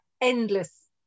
endless